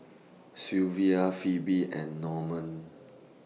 Silvia Phoebe and Normand